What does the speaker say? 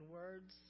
words